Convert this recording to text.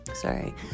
sorry